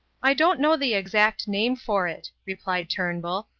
i don't know the exact name for it, replied turnbull.